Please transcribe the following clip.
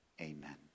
amen